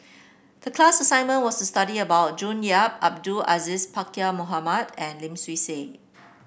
the class assignment was to study about June Yap Abdul Aziz Pakkeer Mohamed and Lim Swee Say